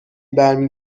برمی